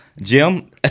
Jim